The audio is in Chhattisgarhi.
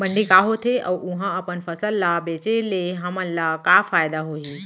मंडी का होथे अऊ उहा अपन फसल ला बेचे ले हमन ला का फायदा होही?